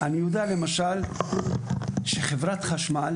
אני יודע למשל שחברת חשמל